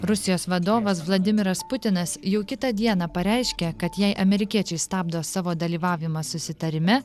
rusijos vadovas vladimiras putinas jau kitą dieną pareiškė kad jei amerikiečiai stabdo savo dalyvavimą susitarime